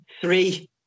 three